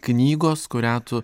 knygos kurią tu